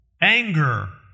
anger